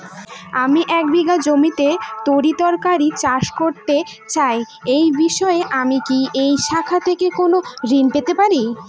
আমি এক বিঘা জমিতে তরিতরকারি চাষ করতে চাই এই বিষয়ে আমি কি এই শাখা থেকে কোন ঋণ পেতে পারি?